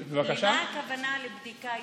למה הכוונה ב"בדיקה יומית"?